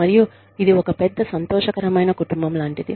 మరియు ఇది ఒక పెద్ద సంతోషకరమైన కుటుంబం లాంటిది